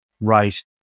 right